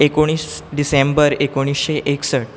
एकोणीस डिसेंबर एकोणिशें एकसठ